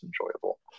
enjoyable